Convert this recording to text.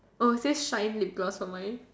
oh it says shine lip gloss for mine